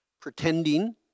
pretending